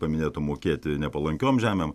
paminėtom mokėti nepalankiom žemėm